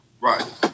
Right